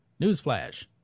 newsflash